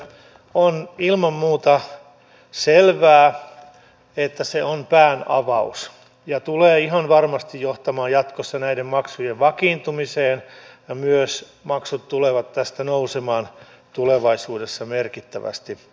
on ilman muuta selvää että se on päänavaus ja tulee ihan varmasti johtamaan jatkossa näiden maksujen vakiintumiseen ja myös maksut tulevat tästä nousemaan tulevaisuudessa merkittävästi